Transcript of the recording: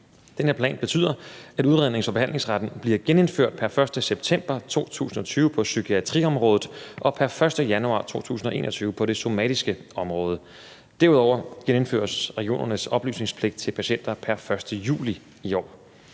Den her plan betyder, at udrednings- og behandlingsretten bliver genindført pr. 1. september 2020 på psykiatriområdet og pr. 1. januar 2021 på det somatiske område. Derudover genindføres regionernes oplysningspligt til patienter pr. 1. juli i år.